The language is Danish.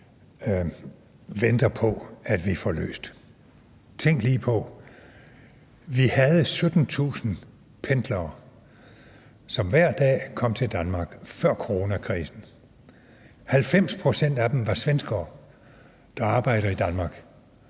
venter på at vi får løst. Tænk lige på, at vi havde 17.000 pendlere, som hver dag kom til Danmark, før coronakrisen. 90 pct. af dem var svenskere, der arbejdede i Danmark.